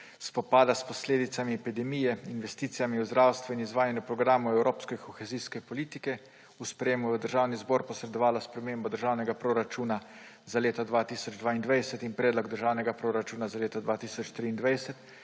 spopada s posledicami epidemije, investicij v zdravstvo in izvajanja programov evropske kohezijske politike v sprejetje v Državni zbor posredovala spremembo državnega proračuna za leto 2022 in predlog državnega proračuna za leto 2023,